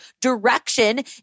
direction